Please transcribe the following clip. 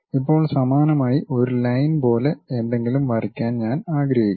ഇപ്പോൾ സമാനമായി ഒരു ലൈൻ പോലെ എന്തെങ്കിലും വരയ്ക്കാൻ ഞാൻ ആഗ്രഹിക്കുന്നു